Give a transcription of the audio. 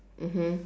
mmhmm